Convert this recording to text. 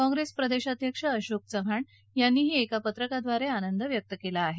काँप्रेस प्रदेशाध्यक्ष अशोक चव्हाण यांनी पत्रकाद्वारे आनंद व्यक्त केला आहे